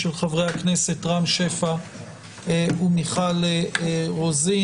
של חברי הכנסת: רם שפע ומיכל רוזין.